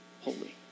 holy